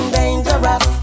dangerous